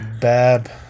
bab